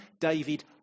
David